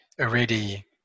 already